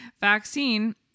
vaccine